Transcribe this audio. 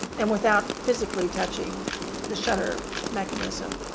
and without physically touching the shutter mechanism.